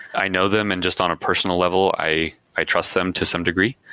i know them, and just on a personal level i i trust them to some degree.